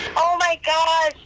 oh, my gosh,